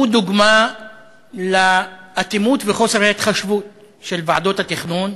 היא דוגמה לאטימות ולחוסר ההתחשבות של ועדות התכנון,